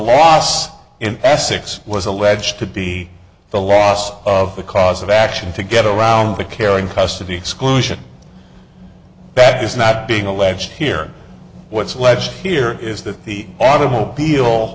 loss in essex was alleged to be the loss of the cause of action to get around the care and custody exclusion back is not being alleged here what's left here is that the automobile